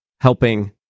helping